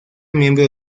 miembro